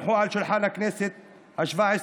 הונחו על שולחן הכנסת השבע-עשרה,